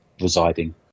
residing